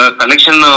collection